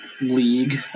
league